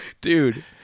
Dude